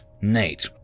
Nate